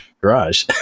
garage